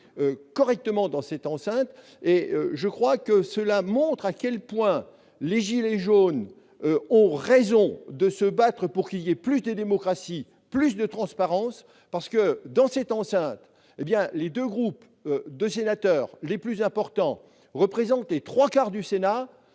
correctement dans cette enceinte. Cela montre à quel point les « gilets jaunes » ont raison de se battre pour qu'il y ait plus de démocratie, plus de transparence. Il faut avoir à l'esprit que, dans cette enceinte, les deux groupes de sénateurs les plus importants représentent les trois quarts des